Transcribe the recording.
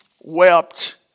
wept